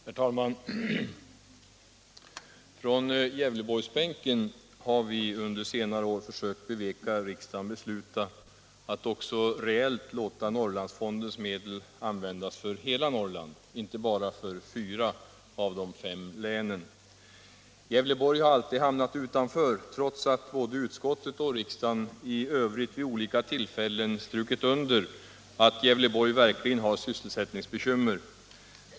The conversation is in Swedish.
Herr talman! Från Gävleborgsbänken har vi under senare år försökt beveka riksdagen besluta att också reellt låta Norrlandsfondens medel användas för hela Norrland — inte bara för fyra av de fem länen. Gävleborg har alltid hamnat utanför trots att både utskottet och riksdagen i övrigt vid olika tillfällen strukit under att Gävleborg verkligen har sysselsättningsbekymmer.